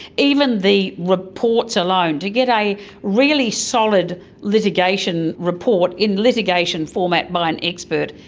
even the reports alone, to get a really solid litigation report in litigation format by an expert,